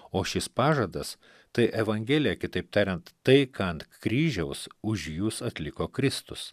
o šis pažadas tai evangelija kitaip tariant tai ką ant kryžiaus už jus atliko kristus